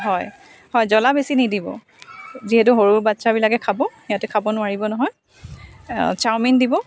হয় হয় জ্বলা বেছি নিদিব যিহেতু সৰু বাচ্চাবিলাকে খাব সিহঁতে খাব নোৱাৰিব নহয় চাওমিন দিব